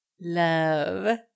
love